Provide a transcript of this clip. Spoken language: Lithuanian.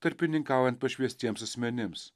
tarpininkaujant pašvęstiems asmenims